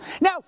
now